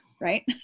right